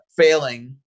failing